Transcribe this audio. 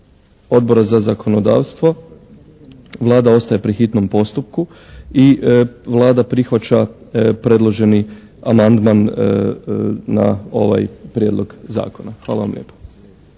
Odbora za zakonodavstvo Vlada ostaje pri hitnom postupku i Vlada prihvaća predloženi amandman na ovaj prijedlog zakona. Hvala vam lijepa.